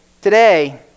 Today